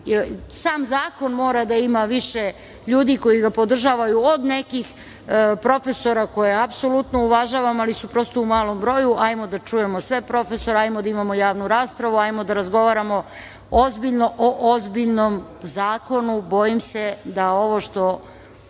sam zakon mora da ima više ljudi koji podržavaju od nekih profesora koje apsolutno uvažavamo, ali su prosto u malom broju. Ajmo, da čujemo sve profesore, ajmo da imamo javnu raspravu, ajmo da razgovaramo ozbiljno o ozbiljnom zakonu. Bojim se da ovo što